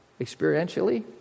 Experientially